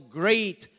great